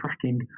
tracking